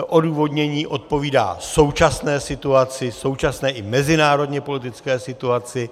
Odůvodnění odpovídá současné situaci, současné i mezinárodněpolitické situaci.